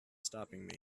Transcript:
stopping